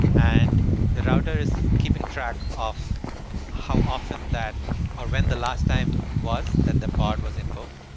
and the router is keeping track of how often that or when the last time was that the part was invoked,